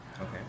Okay